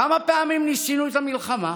כמה פעמים ניסינו את המלחמה?